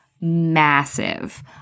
massive